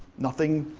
nothing